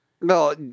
No